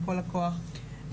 בכל הכוח.